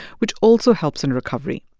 which also helps in recovery.